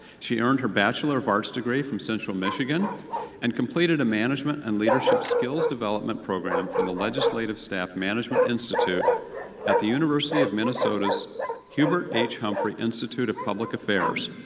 she earned her bachelor of arts degree from central michigan university and completed a management and leadership skills development program from the legislative staff management institute at the university of minnesota's hubert h. humphrey institute of public affairs.